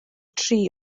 tri